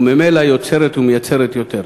וממילא יוצרת ומייצרת יותר.